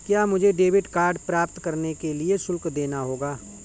क्या मुझे debit card प्राप्त करने के लिए शुल्क देना होगा?